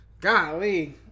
Golly